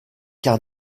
car